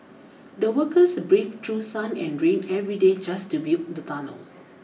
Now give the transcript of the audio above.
the workers braved through sun and rain every day just to build the tunnel